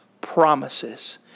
promises